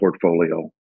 portfolio